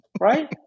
right